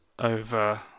over